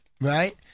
right